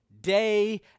Day